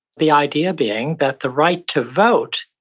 the idea being, that the right to vote,